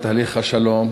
בורות.